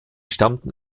stammten